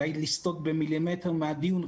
אולי לסטות במילימטר מהדיון.